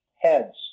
heads